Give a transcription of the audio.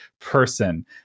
person